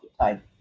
time